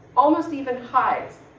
almost even highs,